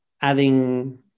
adding